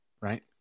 right